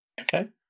Okay